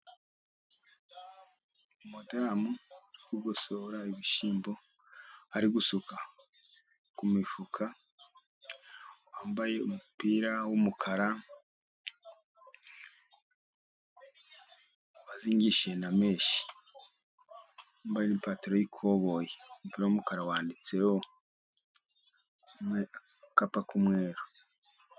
Umugore uri kugosora ibishyimbo, ari gusuka ku mifuka, wambaye umupira w'umukara, wazingishije na menshi, wambaye n'ipantaro y'ikoboyi, umupira w'umukara wanditseho akapa k'umweru.